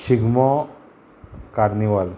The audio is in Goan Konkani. शिगमो कार्निवाल